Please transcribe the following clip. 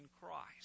Christ